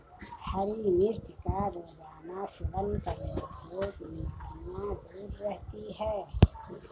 हरी मिर्च का रोज़ाना सेवन करने से बीमारियाँ दूर रहती है